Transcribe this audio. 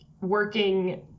working